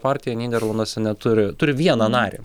partija nyderlanduose neturi turi vieną narį